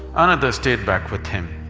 another stayed back with him,